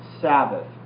Sabbath